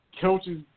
coaches